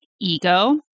ego